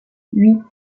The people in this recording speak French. huit